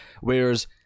Whereas